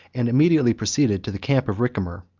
and immediately proceeded to the camp of ricimer,